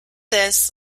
this